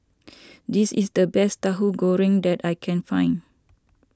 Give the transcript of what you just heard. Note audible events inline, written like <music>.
<noise> this is the best Tahu Goreng that I can find